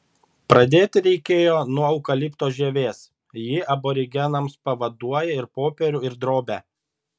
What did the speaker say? pradėti reikėjo nuo eukalipto žievės ji aborigenams pavaduoja ir popierių ir drobę